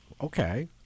Okay